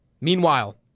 Meanwhile